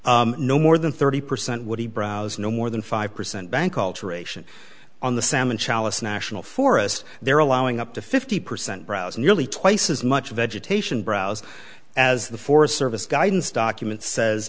record no more than thirty percent would be brows no more than five percent bank alteration on the salmon chalice national forest there allowing up to fifty percent browse nearly twice as much vegetation browse as the forest service guidance document says